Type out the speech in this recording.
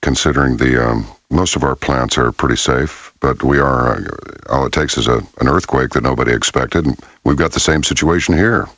considering the last of our plants are pretty safe but we are all it takes is an earthquake that nobody expected and we've got the same situation here